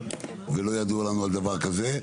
ולא ידוע לנו על דבר כזה.